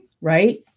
right